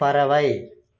பறவை